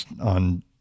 on